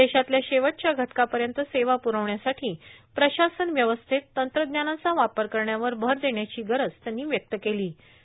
देशातल्या शेवटच्या घटकापयत सेवा प्रवण्यासाठो प्रशासन व्यवस्थेत तंत्रज्ञानाचा वापर करण्यावर भर देण्याची गरज त्यांनी व्यक्त केलां